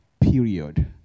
period